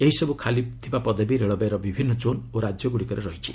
ଏହିସବୁ ଖାଲିଥିବା ପଦବୀ ରେଳବାଇର ବିଭିନ୍ନ କୋନ୍ ଓ ରାଜ୍ୟରେ ରହିଛି